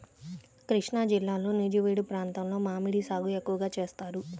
కృష్ణాజిల్లాలో నూజివీడు ప్రాంతంలో మామిడి సాగు ఎక్కువగా చేస్తారు